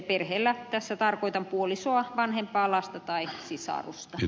perheellä tässä tarkoitan puolisoa vanhempaa lasta tai sisarusta